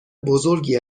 بزرگی